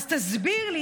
אז תסביר לי,